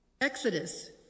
Exodus